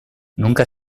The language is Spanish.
nunca